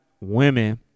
women